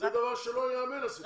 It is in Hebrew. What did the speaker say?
זה דבר שלא יאמן הסיפור הזה.